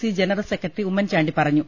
C general secretary Oommen Chandy പറഞ്ഞു